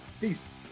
Peace